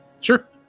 Sure